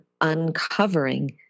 uncovering